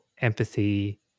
empathy